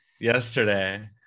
yesterday